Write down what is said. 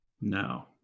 No